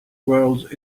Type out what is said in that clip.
world